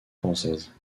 françaises